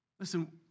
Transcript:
Listen